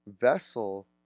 vessel